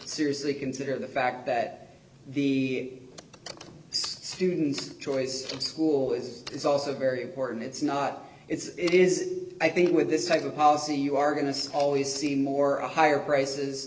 seriously consider the fact that the students choice of school is is also very important it's not it's it is i think with this type of policy you are going to always see more of higher prices